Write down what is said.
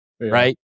Right